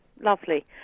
Lovely